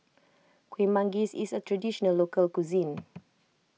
Kueh Manggis is a Traditional Local Cuisine